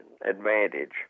advantage